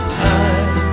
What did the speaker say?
time